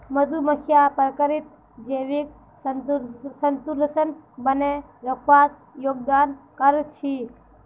मधुमक्खियां प्रकृतित जैविक संतुलन बनइ रखवात योगदान कर छि